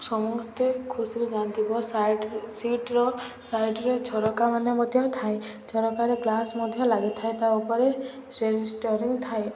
ସମସ୍ତେ ଖୁସିରେ ଯାଆନ୍ତି ବସ୍ ସାଇଡ୍ ସିଟ୍ର ସାଇଡ଼ରେେ ଝରକାମାନ ମଧ୍ୟ ଥାଏ ଝରକାରେ ଗ୍ଲାସ୍ ମଧ୍ୟ ଲାଗିଥାଏ ତା ଉପରେ ଷ୍ଟିୟରିଂ ଥାଏ